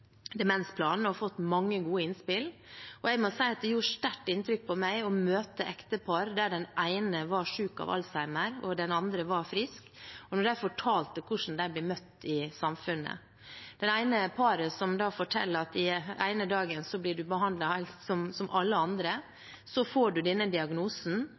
demensplanen og fått mange gode innspill. Jeg må også si at det gjorde sterkt inntrykk på meg å møte ektepar der den ene var syk av alzheimer og den andre var frisk, når de fortalte hvordan de blir møtt i samfunnet. Det ene paret forteller at den ene dagen blir man behandlet helt som alle andre, og så får man denne diagnosen